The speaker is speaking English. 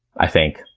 i think,